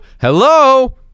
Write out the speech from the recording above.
hello